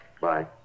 Bye